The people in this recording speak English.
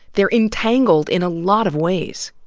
they're entangled in a lot of ways.